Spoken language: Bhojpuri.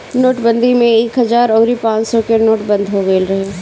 नोटबंदी में एक हजार अउरी पांच सौ के नोट बंद हो गईल रहे